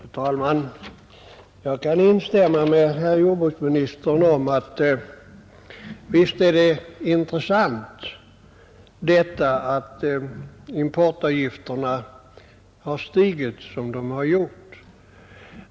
Fru talman! Jag kan instämma med jordbruksministern i att visst är det intressant att importavgifterna har stigit som de har gjort.